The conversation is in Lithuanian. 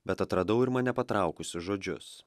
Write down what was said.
bet atradau ir mane patraukusius žodžius